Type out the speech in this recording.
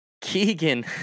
Keegan